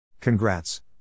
Congrats